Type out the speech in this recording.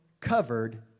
covered